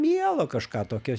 mielo kažką tokio